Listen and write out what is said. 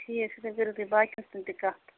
ٹھیٖک چھُ تیٚلہِ کٔرِو تہ باقیَن سۭتۍ تہِ کَتھ